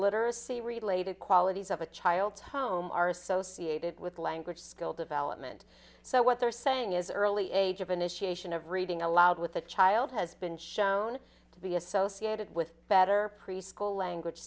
literacy related qualities of a child's home are associated with language skill development so what they're saying is early age of initiation of reading aloud with a child has been shown to be associated with better preschool language